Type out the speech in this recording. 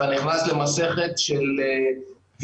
אתה נכנס למסכת של ויכוחים,